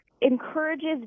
encourages